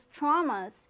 traumas